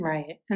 Right